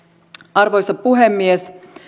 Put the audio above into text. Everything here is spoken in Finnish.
arvoisa puhemies